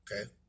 okay